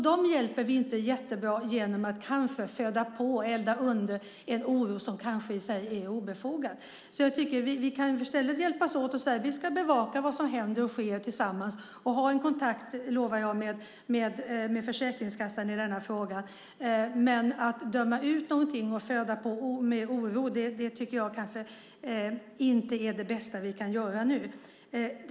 Dem hjälper vi inte jättebra genom att elda under en oro som kanske i sig är obefogad. Jag tycker i stället att vi ska hjälpas åt att bevaka vad som händer och sker och ha, lovar jag, en kontakt med Försäkringskassan i denna fråga. Men att döma ut någonting och föda på med oro är kanske inte det bästa vi kan göra nu.